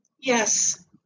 Yes